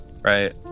right